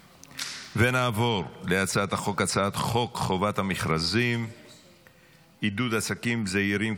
נעבור להצעת חוק חובת המכרזים (תיקון מס' 26) (עידוד עסקים זעירים,